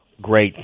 Great